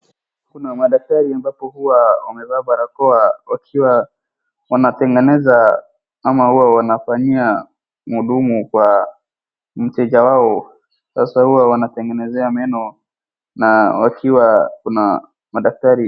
Kuna madaktari ambapo huwa wamevaa barakoa wakiwa wanatengeneza ama huwa wanafanyia muhudumu kwa mteja wao. Sasa huwa wanatengenezea meno na wakiwa kuna madaktari.